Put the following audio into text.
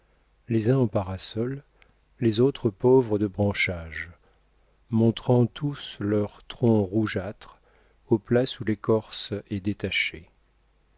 les uns en parasol les autres pauvres de branchages montrant tous leurs troncs rougeâtres aux places où l'écorce est détachée